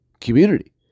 community